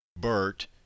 Bert